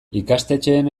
ikastetxeen